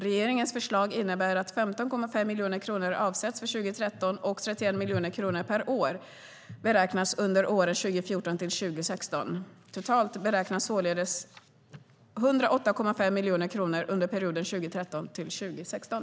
Regeringens förslag innebär att 15,5 miljoner kronor avsätts 2013 och att 31 miljoner kronor per år beräknas under åren 2014-2016. Totalt beräknas således 108,5 miljoner kronor under perioden 2013-2016.